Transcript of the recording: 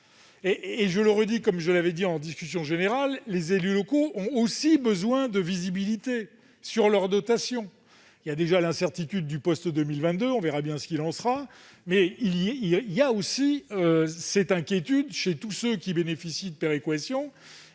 ? Je le redis, comme je l'avais dit en discussion générale, les élus locaux ont aussi besoin de visibilité sur leurs dotations. Il y a déjà l'incertitude du post-2022 - on verra bien ce qu'il en sera -, mais il y a aussi cette inquiétude chez tous ceux qui bénéficient de la péréquation